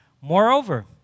Moreover